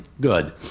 good